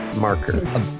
marker